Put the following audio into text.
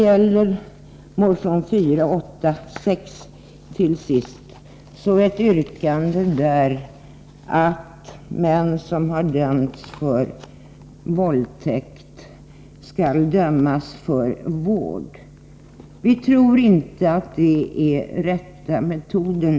I motion 486, slutligen, är yrkandet att män som har fällts för våldtäkt skall dömas till vård. Vi tror inte att det är rätta metoden.